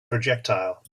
projectile